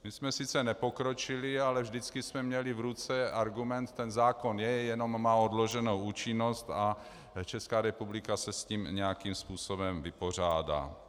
My jsme sice nepokročili, ale vždycky jsme měli v ruce argument ten zákon je, jenom má odloženou účinnost a Česká republika se s tím nějakým způsobem vypořádá.